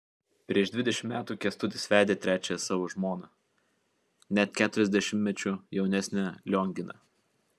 prieš dvidešimt metų kęstutis vedė trečiąją savo žmoną net keturiasdešimtmečiu jaunesnę lionginą